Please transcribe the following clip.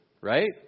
right